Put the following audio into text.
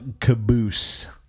caboose